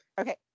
Okay